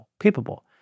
capable